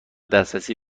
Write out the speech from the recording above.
دسترسی